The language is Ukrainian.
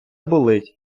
болить